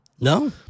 no